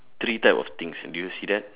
three type of things do you see that